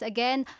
Again